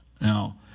Now